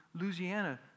Louisiana